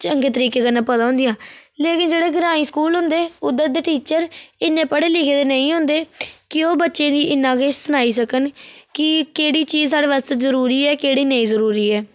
चंगे तरीके कन्नै पता होंदियां लेकिन जेह्ड़े ग्राईं स्कूल होंदे उद्धर दे टीचर इन्ने पढ़े लिखे दे नेई हुंदे की ओह् बच्चें गी इन्ना किश सनाई सकन कि केह्ड़ी चीज स्हाड़े आस्तै जरूरी ऐ केह्ड़ी नेईं जरूरी ऐ